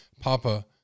Papa